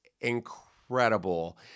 incredible